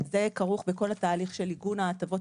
זה כרוך בכל התהליך של עיגון ההטבות